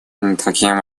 таким